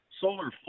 solar